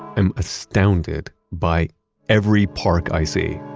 i'm astounded by every park i see.